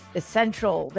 essential